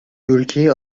ülkeyi